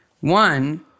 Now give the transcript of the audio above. One